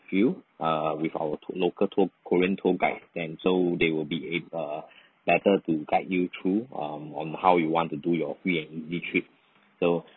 you err with our local tour korean tour guide then so they will be ab~ err better to guide you through um on how you want to do your free and easy trip so